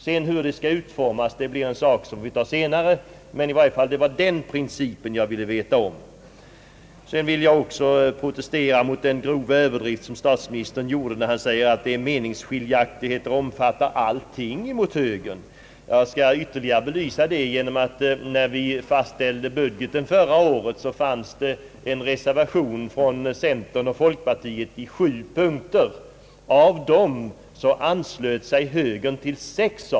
Hur detta sedan skall utformas är en sak som vi får ta ställning till senare. Det var principen jag ville få reda på. Sedan vill jag också protestera mot den grova överdrift som statsministern gjorde när han sade, att meningsskiljaktigheterna gentemot högern omfattar allting. Jag skall ytterligare belysa detta med att hänvisa till att när vi fastställde budgeten förra året så fanns det en reservation från centern och folkpartiet i sju punkter. Av dem anslöt sig högern till sex.